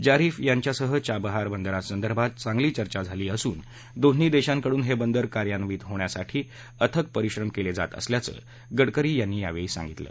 Zarif यांच्यासह Chabahar बंदरासंदर्भात चांगली चर्चा झाली असून दोन्ही देशांकडून हे बंदर कार्यानिव्त होण्यासाठी अथक परिश्रम केले जात असल्याचं गडकरी यांनी सांगितलं